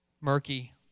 murky